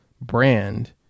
brand